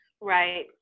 Right